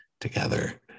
together